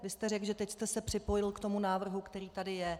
Vy jste řekl, že teď jste se připojil k tomu návrhu, který tady je.